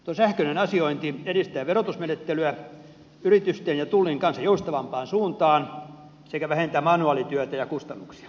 tuo sähköinen asiointi edistää verotusmenettelyä yritysten ja tullin kanssa joustavampaan suuntaan sekä vähentää manuaalityötä ja kustannuksia